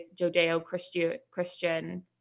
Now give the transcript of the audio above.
Judeo-Christian